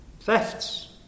thefts